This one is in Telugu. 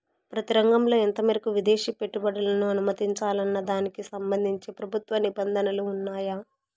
ప్రతి రంగంలో ఎంత మేరకు విదేశీ పెట్టుబడులను అనుమతించాలన్న దానికి సంబంధించి ప్రభుత్వ నిబంధనలు ఉన్నాయా?